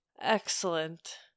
Excellent